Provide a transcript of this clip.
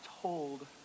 told